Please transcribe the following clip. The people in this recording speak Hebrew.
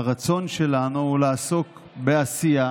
שהיא לא תתחנחן אליכם,